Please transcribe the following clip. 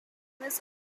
his